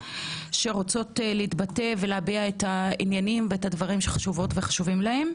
שרוצות להתבטא ולהביע את העניינים ואת הדברים שחשובים להם.